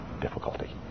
difficulty